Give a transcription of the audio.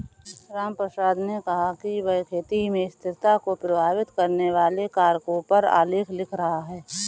रामप्रसाद ने कहा कि वह खेती में स्थिरता को प्रभावित करने वाले कारकों पर आलेख लिख रहा है